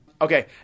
Okay